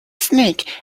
snake